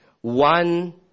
one